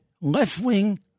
left-wing